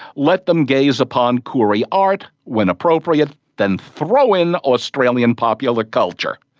let them gaze upon koori art when appropriate, then throw in australian popular culture.